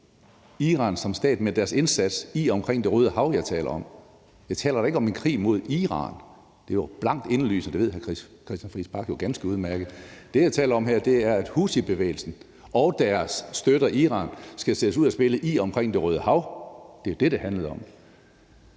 taler om, men deres indsats i og omkring Det Røde Hav. Jeg taler da ikke om en krig mod Iran. Det er jo helt indlysende. Det ved hr. Christian Friis Bach jo ganske udmærket. Det, jeg taler om her, er, at houthibevægelsen og deres støtte, Iran, skal sættes ud af spillet i og omkring Det Røde Hav. Det er det, det handler om.